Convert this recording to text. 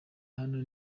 hano